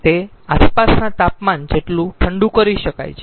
તે આસપાસના તાપમાન જેટલું ઠંડુ કરી શકાય છે